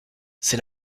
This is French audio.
c’est